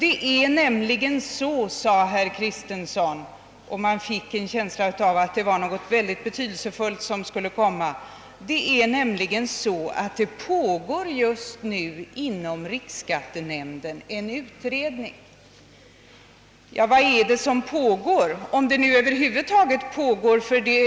Det är nämligen så, sade herr Kristenson — och man fick en känsla av att det nu skulle komma något mycket betydelsefullt — att det just nu inom riksskattenämnden pågår en utredning. Ja, vad är det som pågår inom riksskattenämnden, om det nu över huvud taget pågår någonting?